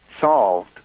solved